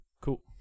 Cool